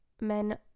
men